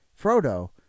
Frodo